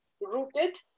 rooted